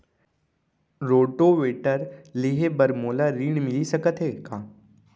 Rotavator लेहे बर मोला ऋण मिलिस सकत हे का?